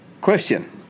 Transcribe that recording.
Question